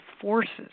forces